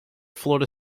florida